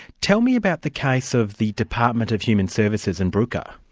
tell me about the case of the department of human services and brouker.